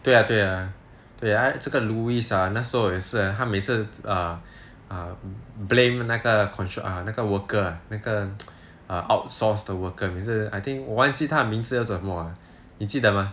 对啊对啊这个 louis ah 那时候也是 ah 他每次 err blame 那个 constru~ 那个 worker ah 那个 err outsourced 的 worker 每次 I think 我忘记他的名字叫什么你记得吗